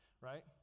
right